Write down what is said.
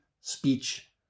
speech